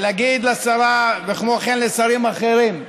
ולהגיד לשרה וכמו כן לשרים אחרים: